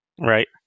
right